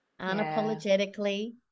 Unapologetically